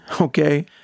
okay